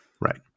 right